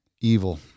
evil